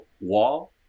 wall